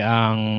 ang